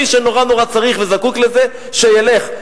מי שנורא-נורא צריך וזקוק לזה, שילך.